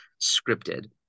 scripted